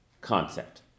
concept